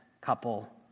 couple